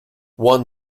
won